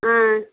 ஆ